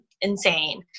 insane